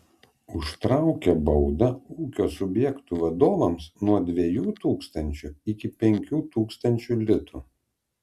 užtraukia baudą ūkio subjektų vadovams nuo dviejų tūkstančių iki penkių tūkstančių litų